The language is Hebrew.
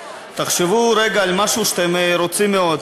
תחשבו רגע על משהו שאתם רוצים מאוד,